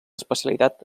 especialitat